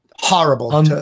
Horrible